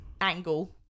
angle